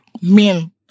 Men